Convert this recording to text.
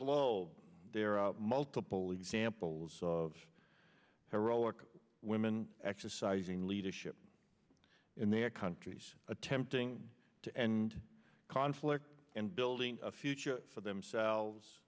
globe there are multiple examples of heroic women exercising leadership in their countries attempting to end conflict and building a future for themselves